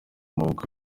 maboko